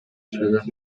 сүйлөп